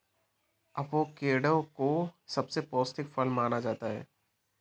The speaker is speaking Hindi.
अवोकेडो को सबसे पौष्टिक फल माना जाता है